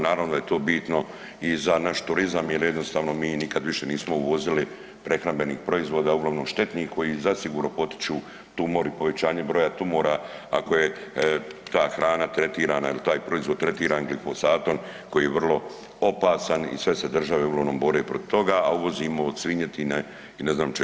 Naravno da je to bitno i za naš turizam, jer jednostavno mi nikada više nismo uvozili prehrambenih proizvoda uglavnom štetnih koji zasigurno potiču tumor i povećanje broja tumora ako je ta hrana tretirana ili taj proizvod tretiran glifosatom koji je vrlo opasan i sve se države uglavnom bore protiv toga, a uvozimo od svinjetinje i ne znam čega.